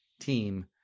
team